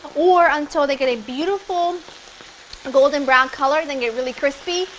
or until they get a beautiful golden brown color, then get really crispy.